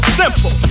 simple